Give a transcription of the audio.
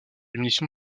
diminution